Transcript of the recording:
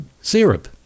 syrup